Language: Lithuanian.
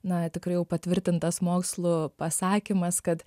na tikrai jau patvirtintas mokslu pasakymas kad